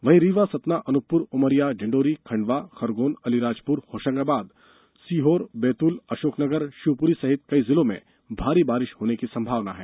वहीं रीवा सतना अनुपप्र उमरिया डिंडौरी खंडवा खरगोन अलीराजपुर होशंगाबाद सीहोर बैतूल अशोकनगर शिवपुरी सहित कई जिलों में भारी बारिश की संभावना है